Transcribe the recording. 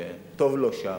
שטוב לו שם,